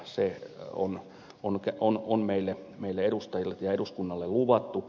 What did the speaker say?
sen on ollut ja kun on meille edustajille ja eduskunnalle luvattu